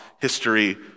history